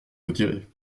retiré